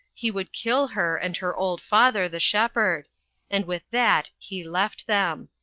he would kill her and her old father, the shepherd and with that he left them.